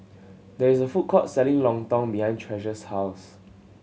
there is a food court selling Lontong behind Treasure's house